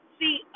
see